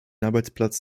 arbeitsplatz